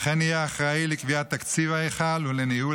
וכן יהיה אחראי לקביעת תקציב ההיכל ולניהול